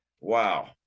Wow